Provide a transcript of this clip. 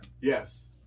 Yes